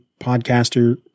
podcaster